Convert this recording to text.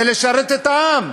זה לשרת את העם.